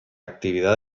actividad